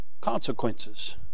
consequences